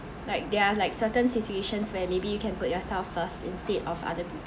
like they're like certain situations where maybe you can put yourself first instead of other people